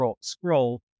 scroll